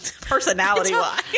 personality-wise